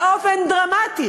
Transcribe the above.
מפגרת.